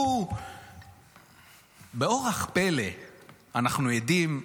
באורח פלא אנחנו עדים,